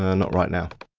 and not right now.